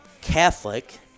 Catholic